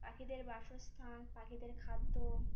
পাখিদের বাসস্থান পাখিদের খাদ্য